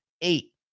Eight